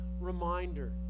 reminder